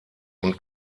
und